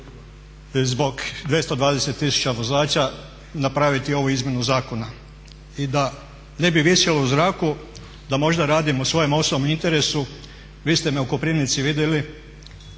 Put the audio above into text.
zbog 220 tisuća vozača napraviti ovu izmjenu zakona. I da ne bi visjelo u zraku da možda radimo o svojem osobnom interesu, vi ste me u Koprivnici vidjeli